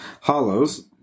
Hollows